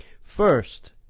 first